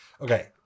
Okay